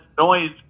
noise